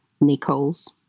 Nichols